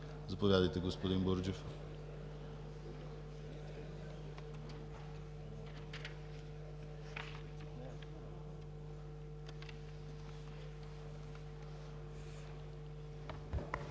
Заповядайте, господин Бурджев.